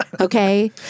Okay